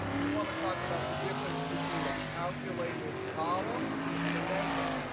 we want to talk about the difference between a calculated column and a measure.